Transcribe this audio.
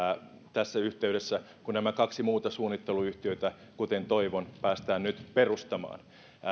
tässä yhteydessä kun nämä kaksi muuta suunnitteluyhtiötä kuten toivon päästään nyt perustamaan